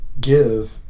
give